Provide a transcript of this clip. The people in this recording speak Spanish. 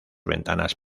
ventanas